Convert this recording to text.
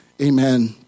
Amen